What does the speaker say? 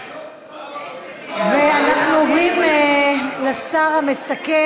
אנחנו עוברים לשר המסכם.